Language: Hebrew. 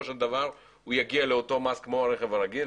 של דבר הוא יגיע לאותו מס כמו ברכב הרגיל.